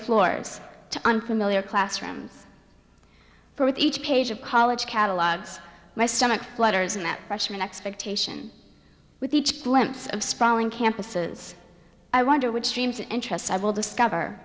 floors to unfamiliar classrooms for the each page of college catalogues my stomach flutters in that freshman expectation with each glimpse of sprawling campuses i wonder which dreamed interest i will discover